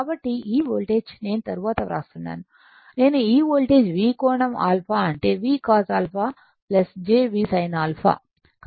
కాబట్టి ఈ వోల్టేజ్ నేను తరువాత వ్రాస్తున్నాను నేను ఈ వోల్టేజ్ V కోణం α అంటే VCos α j V sin α